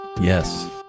Yes